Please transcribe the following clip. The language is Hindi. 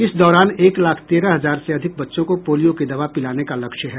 इस दौरान एक लाख तेरह हजार से अधिक बच्चों को पोलियो की दवा पिलाने का लक्ष्य है